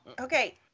okay